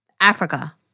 Africa